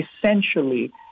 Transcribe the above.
essentially